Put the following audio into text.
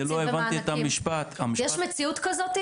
יש מציאות כזאת?